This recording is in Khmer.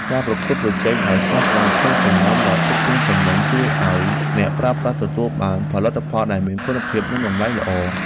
ការប្រកួតប្រជែងដោយស្មោះត្រង់ក្នុងចំណោមអ្នកផ្គត់ផ្គង់ទំនិញជួយឱ្យអ្នកប្រើប្រាស់ទទួលបានផលិតផលដែលមានគុណភាពនិងតម្លៃល្អ។